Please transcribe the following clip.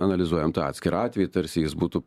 analizuojam tą atskirą atvejį tarsi jis būtų